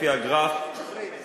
לפי הגרף, מאפריל.